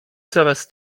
coraz